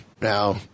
Now